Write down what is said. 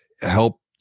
helped